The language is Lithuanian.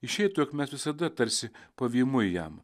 išeitų jog mes visada tarsi pavymui jam